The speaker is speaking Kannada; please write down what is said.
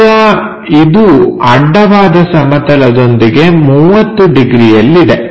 ಈಗ ಇದು ಅಡ್ಡವಾದ ಸಮತಲದೊಂದಿಗೆ 30 ಡಿಗ್ರಿ ಯಲ್ಲಿದೆ